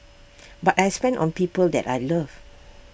but I spend on people that I love